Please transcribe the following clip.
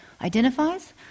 identifies